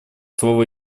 слово